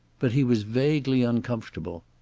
but he was vaguely uncomfortable.